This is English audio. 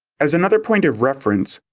as another point of reference,